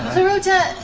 clarota,